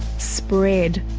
spread.